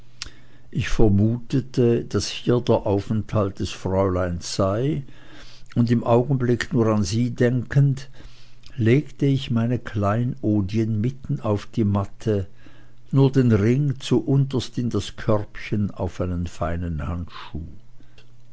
ich vermutete daß hier der aufenthalt des fräuleins sei und im augenblicke nur an sie denkend legte ich meine kleinodien mitten auf die matte nur den ring zuunterst in das körbchen auf einen feinen handschuh